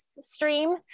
stream